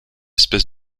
espèce